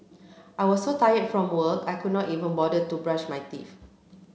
I was so tired from work I could not even bother to brush my teeth